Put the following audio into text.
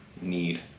need